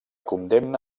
condemna